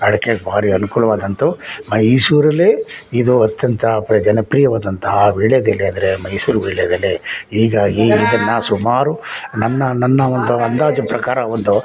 ಅಡಿಕೆಗೆ ಭಾರಿ ಅನುಕೂಲವಾದಂಥವ್ ಮೈಸೂರಲ್ಲಿ ಇದು ಅತ್ಯಂತ ಪ್ರ ಜನಪ್ರಿಯವಾದಂತಹ ವೀಳ್ಯದೆಲೆ ಅಂದರೆ ಮೈಸೂರು ವೀಳ್ಯದೆಲೆ ಈಗ ಈ ಇದನ್ನು ಸುಮಾರು ನನ್ನ ನನ್ನ ಒಂದು ಅಂದಾಜು ಪ್ರಕಾರ ಒಂದು